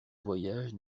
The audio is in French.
voyage